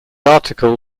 article